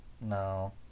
No